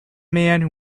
man